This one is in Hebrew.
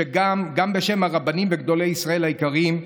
גם בשם הרבנים וגדולי ישראל היקרים: